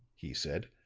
he said,